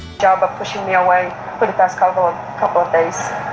job of pushing me away, put it best couple a couple of days.